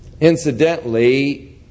Incidentally